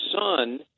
son